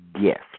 gift